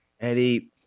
Eddie